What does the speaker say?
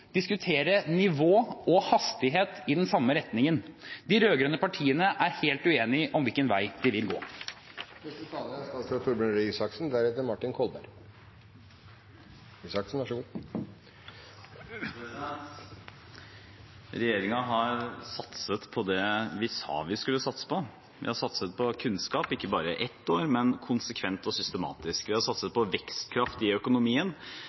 diskutere nivå og hastighet i den samme retningen. De rød-grønne partiene er helt uenige om hvilken vei de vil gå. Regjeringen har satset på det vi sa vi skulle satse på. Vi har satset på kunnskap, ikke bare ett år, men konsekvent og systematisk. Vi har satset på vekstkraft i økonomien.